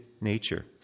nature